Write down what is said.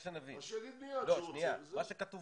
שיגיד מיד שהוא רוצה וזהו.